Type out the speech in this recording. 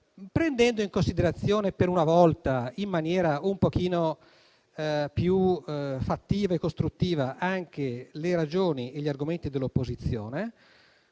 prendendo in considerazione per una volta in maniera più fattiva e costruttiva anche le ragioni e gli argomenti dell'opposizione